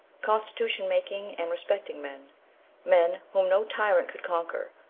constitution-making and respecting men men, whom no tyrant could conquer,